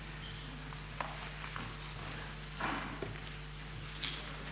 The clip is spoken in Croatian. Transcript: hvala vam